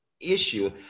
issue